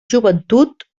joventut